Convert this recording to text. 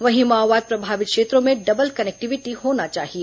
वहीं माओवाद प्रभावित क्षेत्रों में डबल कनेक्टिविटी होना चाहिए